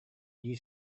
дии